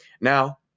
now